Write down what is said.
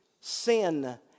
sin